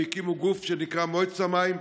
והקימו גוף שנקרא "מועצת המים",